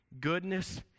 goodness